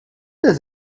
does